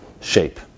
shape